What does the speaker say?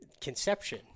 conception